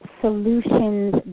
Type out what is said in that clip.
solutions